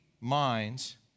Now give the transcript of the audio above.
minds